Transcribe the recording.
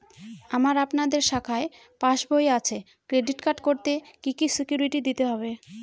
আমার আপনাদের শাখায় পাসবই আছে ক্রেডিট কার্ড করতে কি কি সিকিউরিটি দিতে হবে?